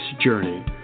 journey